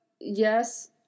Yes